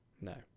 no